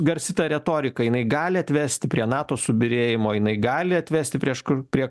garsi ta retorika jinai gali atvesti prie nato subyrėjimo jinai gali atvesti prieš kur prie